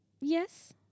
Yes